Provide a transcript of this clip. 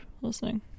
listening